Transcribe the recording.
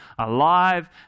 alive